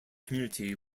community